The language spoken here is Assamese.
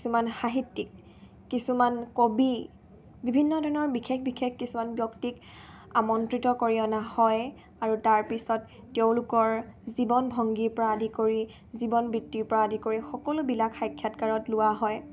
কিছুমান সাহিত্যিক কিছুমান কবি বিভিন্ন ধৰণৰ বিশেষ বিশেষ কিছুমান ব্যক্তিক আমন্ত্ৰিত কৰি অনা হয় আৰু তাৰপিছত তেওঁলোকৰ জীৱন ভংগীৰ পৰা আদি কৰি জীৱন বৃত্তিৰ পৰা আদি কৰি সকলোবিলাক সাক্ষাৎকাৰত লোৱা হয়